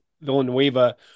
Villanueva